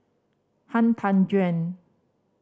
Han Tan Juan